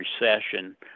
recession